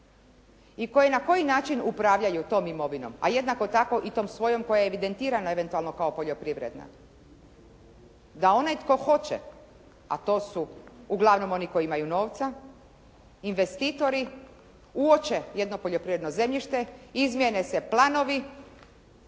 i na koji način upravljaju tom imovinom, a jednako tako i svojom koja je evidentirana eventualno kao poljoprivredna. Da onaj tko hoće, a to su uglavnom oni koji imaju novca, investitori uoče jedno poljoprivredno zemljište, izmjene se planovi